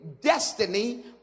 destiny